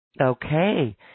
okay